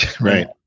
Right